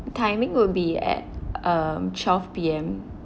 timing would be at um twelve P_M